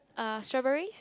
uh strawberries